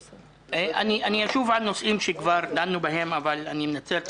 אני אשוב על נושאים שכבר דנו בהם אני מנצל את